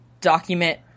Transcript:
document